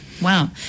Wow